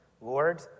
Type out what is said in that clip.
Lord